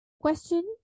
question